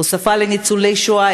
הוספה לניצולי השואה,